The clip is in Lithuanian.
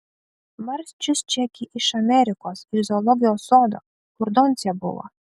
marčius čia gi iš amerikos iš zoologijos sodo kur doncė buvo